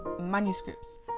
manuscripts